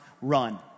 run